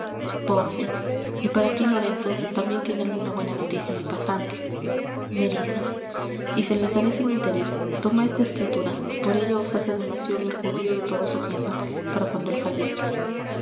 y para tí lorenzo tambien tiene alguna buena noticia mi pasante nerissa y se la daré sin interes toma esta escritura por ella os hace donacion el judío de toda su hacienda para cuando él fallezca